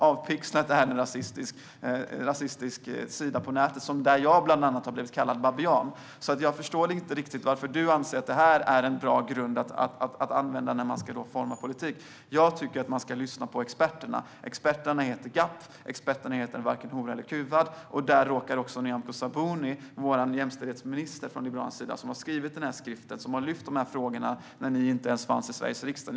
Avpixlat är en rasistisk sida på nätet, där jag bland annat har blivit kallad babian, så jag förstår inte riktigt varför du anser att det är en bra grund att använda när man ska forma politik. Jag tycker att man ska lyssna på experterna. Experterna heter GAPF och Varken hora eller kuvad. Det råkar också vår tidigare jämställdhetsminister Nyamko Sabuni vara. Hon har skrivit boken Flickorna vi sviker och tog upp de här frågorna när ni inte ens fanns i Sveriges riksdag.